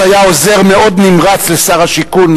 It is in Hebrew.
אז היה עוזר מאוד נמרץ לשר השיכון,